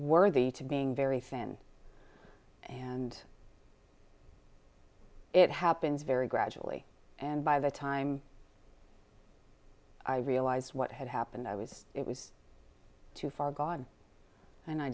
worthy to being very thin and it happens very gradually and by the time i realized what had happened i was it was too far gone and i